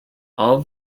all